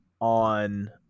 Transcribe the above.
on